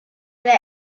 let